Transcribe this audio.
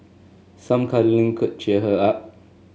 some cuddling could cheer her up